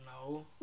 no